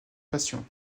passion